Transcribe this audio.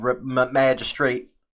Magistrate